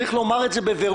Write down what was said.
צריך לומר את זה בבירור.